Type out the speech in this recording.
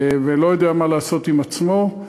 ולא יודע מה לעשות עם עצמו,